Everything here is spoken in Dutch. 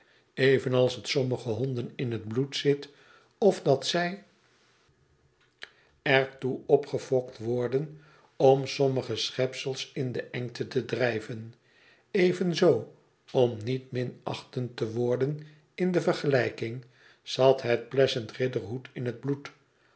evenals het sommige honden in het bloed zit of dat zij fokt worden om sommige schepsels in de engte te drijven evenzoo om niet minachtend te worden in de vergelijking zat het pleasant riderhood in het bloed